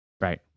Right